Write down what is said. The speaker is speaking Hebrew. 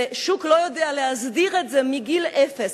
והשוק לא יכול להסדיר את זה מגיל אפס,